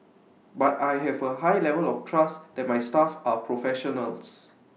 but I have A high level of trust that my staff are professionals